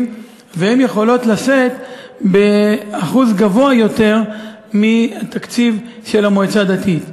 והן יכולות לשאת באחוז גבוה יותר מהתקציב של המועצה הדתית.